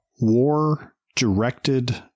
war-directed